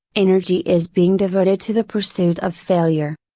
energy is being devoted to the pursuit of failure.